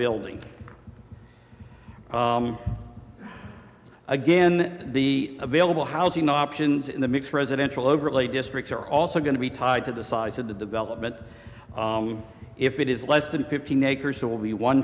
building again the available housing options in the mix residential overlay district are also going to be tied to the size of the development if it is less than fifteen acres it will be one